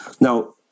Now